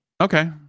Okay